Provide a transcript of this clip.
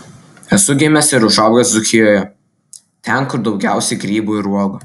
esu gimęs ir užaugęs dzūkijoje ten kur daugiausiai grybų ir uogų